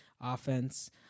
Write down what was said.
offense